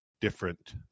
different